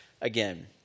again